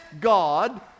god